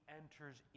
enters